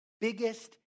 Biggest